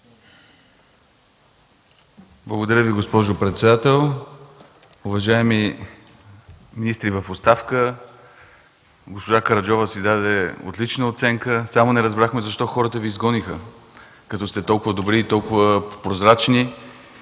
Благодаря, госпожо председател. Уважаеми министри в оставка, госпожа Караджова си даде отлична оценка, само не разбрахме защо хората Ви изгониха, като сте толкова добри и толкова прозрачни.